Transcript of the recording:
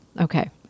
Okay